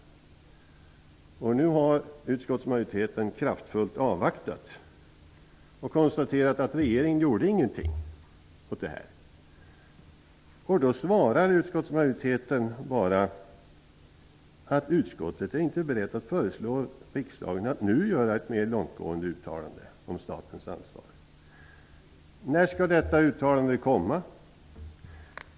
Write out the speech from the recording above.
Nu har utskottsmajoriteten kraftfullt avvaktat och konstaterat att regeringen gjorde ingenting åt det här. Då svarar utskottsmajoriteten bara att utskottet inte är berett att föreslå riksdagen att nu göra ett mer långtgående uttalande om statens ansvar. När skall detta uttalande komma?